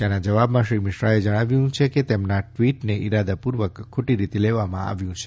તેના જવાબમાં શ્રી મિશ્રાએ જણાવ્યું છેકે તેમના ટ્વીટને ઈરાદાપૂર્વક ખોટી રીતે લેવામાં આવ્યું છે